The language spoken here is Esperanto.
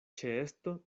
ĉeesto